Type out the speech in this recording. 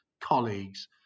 colleagues